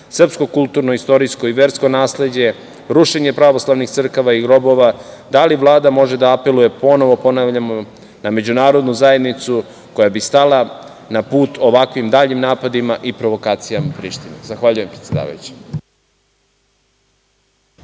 srpsko kulturno, istorijsko i versko nasleđe, rušenje pravoslavnih crkava i grobova, da li Vlada može da apeluje, ponovo ponavljamo, na Međunarodnu zajednicu, koja bi stala na put ovakvim daljim napadima i provokacijama Prištine? Zahvaljujem. **Elvira